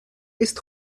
ist